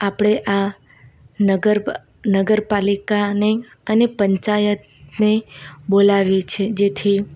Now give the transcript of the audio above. આપણે આ નગરપાલિકાને અને પંચાયતને બોલાવીએ છીએ જેથી